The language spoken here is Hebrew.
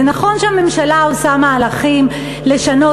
זה נכון שהממשלה עושה מהלכים לשנות